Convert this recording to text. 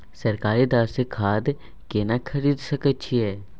सरकारी दर से खाद केना खरीद सकै छिये?